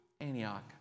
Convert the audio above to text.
Antioch